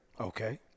okay